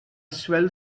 swell